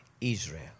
Israel